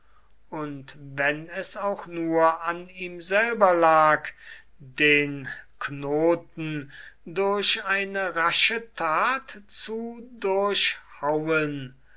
und wenn es auch nur an ihm selber lag den knoten durch eine rasche tat zu durchhauen